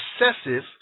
excessive